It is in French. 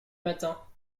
matin